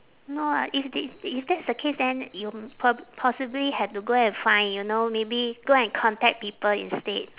no ah if that's if that's the case then you prob~ possibly have to go and find you know maybe go and contact people instead